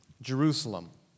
Jerusalem